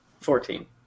Fourteen